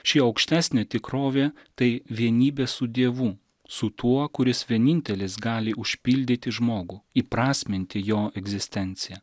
ši aukštesnė tikrovė tai vienybė su dievu su tuo kuris vienintelis gali užpildyti žmogų įprasminti jo egzistenciją